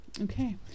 Okay